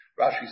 Rashi